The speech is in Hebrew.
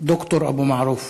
ד"ר אבו מערוף.